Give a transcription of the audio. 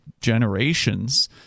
generations